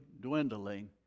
dwindling